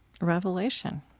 revelation